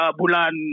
bulan